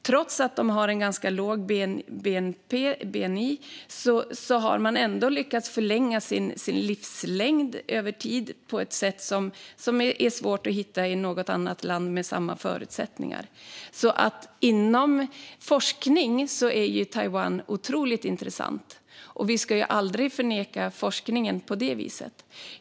Trots att man har en ganska låg bni har man lyckats förlänga sin livslängd över tid på ett sätt som är svårt att hitta i något annat land med samma förutsättningar. Inom forskningen är Taiwan otroligt intressant, och vi ska aldrig förneka forskningen. Fru talman!